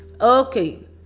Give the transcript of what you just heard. Okay